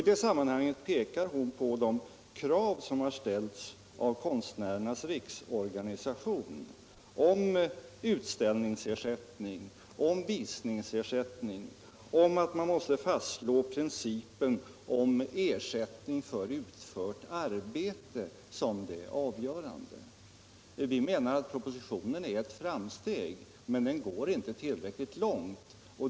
I detta sammanhang pekade hon på de krav som har ställts av Konstnärernas riksorganisation om utställningsersättning, om visningsersättning, om att man måste fastslå prin-/ cipen om ersättning för utfört arbete som det avgörande. Vi menar att propositionen är ett framsteg, men den går inte tillräckligt långt.